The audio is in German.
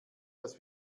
dass